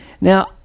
Now